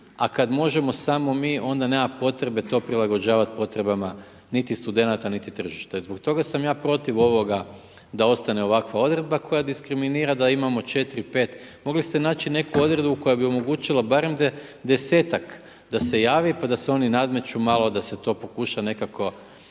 a kad možemo samo mi, onda nema potrebe to prilagođavat potrebama niti studenata niti tržišta i zbog toga sam ja protiv ovoga da ostane ovakva odredba koja diskriminira da imamo 4, 5, mogli ste naći neku odredbu koja bi omogućila barem 10-ak da se javi pa da se oni nadmeću malo, da se to pokuša nekako